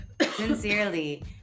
Sincerely